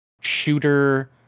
shooter